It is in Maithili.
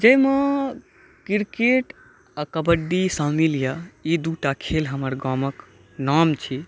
जाहिमे क्रिकेट आ कबड्डी शामिल अछि ई दूटा खेल हमरा गामके नाम छी